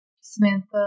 Samantha